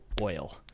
oil